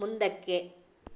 ಮುಂದಕ್ಕೆ